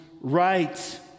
right